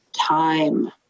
time